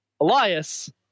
Elias